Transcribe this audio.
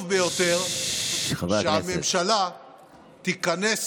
חשוב ביותר שהממשלה תיכנס